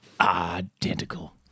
identical